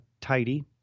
tidy